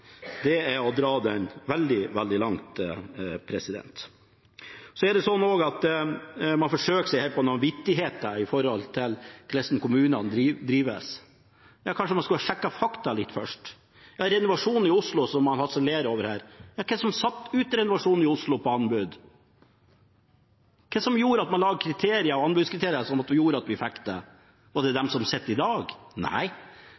er å dra det veldig, veldig langt. Man forsøker seg her på noen vittigheter rundt hvordan kommunene drives. Kanskje man skulle ha sjekket litt fakta først? Renovasjonen i Oslo, som man harselerer over – ja, hvem var det som satte ut renovasjonen i Oslo på anbud? Hvem lagde anbudskriterier som gjorde at man fikk det? Var det de som sitter i dag? Nei, det var noe av det